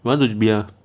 want to be a